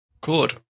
good